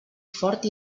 fort